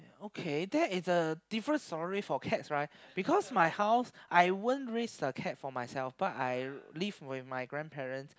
okay that is a different story for cats right because my house I won't raise a cat for myself but I live with my grandparents